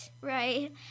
Right